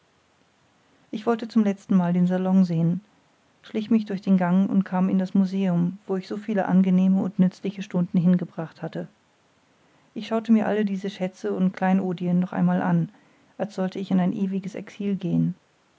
ich wollte zum letzten mal den salon sehen schlich mich durch den gang und kam in das museum wo ich so viele angenehme und nützliche stunden hingebracht hatte ich schaute mir alle diese schätze und kleinodien noch einmal an als sollte ich in ein ewiges exil gehen